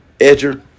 edger